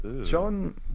John